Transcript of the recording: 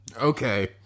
Okay